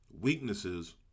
weaknesses